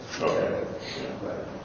Okay